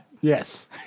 Yes